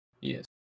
Yes